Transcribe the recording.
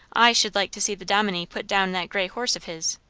i should like to see the dominie put down that grey horse of his.